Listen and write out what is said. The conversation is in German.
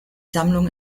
sammlung